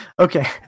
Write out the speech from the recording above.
Okay